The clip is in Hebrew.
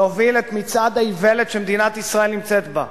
להוביל את מצעד האיוולת שמדינת ישראל נמצאת בו